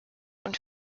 und